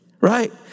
Right